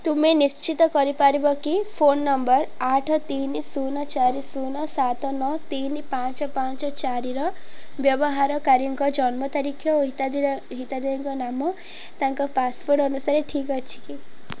ତୁମେ ନିଶ୍ଚିତ କରିପାରିବ କି ଫୋନ୍ ନମ୍ବର୍ ଆଠ ତିନି ଶୂନ ଚାରି ଶୂନ ସାତ ନଅ ତିନି ପାଞ୍ଚ ପାଞ୍ଚ ଚାରିର ବ୍ୟବହାରକାରୀଙ୍କ ଜନ୍ମ ତାରିଖ ଓ ହିତାଧିକା ହିତାଧିକାରୀ ନାମ ତାଙ୍କ ପାସ୍ପୋର୍ଟ୍ ଅନୁସାରେ ଠିକ୍ ଅଛି